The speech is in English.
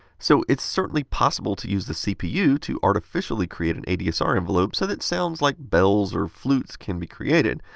so, it's certainly possible to use the cpu to artificially create an adsr envelop so that sounds like bells or flutes can be created.